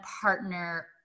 partner